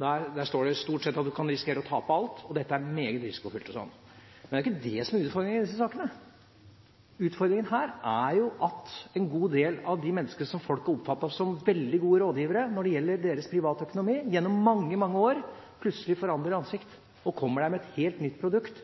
Der står det stort sett at du kan risikere å tape alt – dette er meget risikofylte saker. Men det er ikke det som er utfordringen i disse sakene. Utfordringen her er at en god del av de menneskene som folk har oppfattet som veldig gode rådgivere når det gjelder deres privatøkonomi gjennom mange, mange år, plutselig forandrer ansikt og kommer med et helt nytt produkt